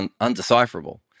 undecipherable